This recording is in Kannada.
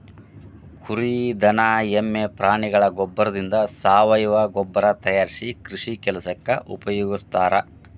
ಕುರಿ ದನ ಎಮ್ಮೆ ಪ್ರಾಣಿಗಳ ಗೋಬ್ಬರದಿಂದ ಸಾವಯವ ಗೊಬ್ಬರ ತಯಾರಿಸಿ ಕೃಷಿ ಕೆಲಸಕ್ಕ ಉಪಯೋಗಸ್ತಾರ